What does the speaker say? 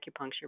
acupuncture